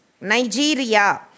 Nigeria